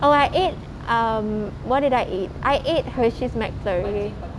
oh I ate um what did I eat I ate Hershey's McFlurry